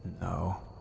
no